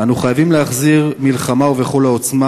אנו חייבים להחזיר מלחמה, ובכל העוצמה.